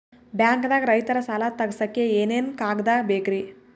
ಬ್ಯಾಂಕ್ದಾಗ ರೈತರ ಸಾಲ ತಗ್ಸಕ್ಕೆ ಏನೇನ್ ಕಾಗ್ದ ಬೇಕ್ರಿ?